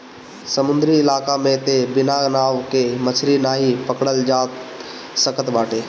समुंदरी इलाका में तअ बिना नाव के मछरी नाइ पकड़ल जा सकत बाटे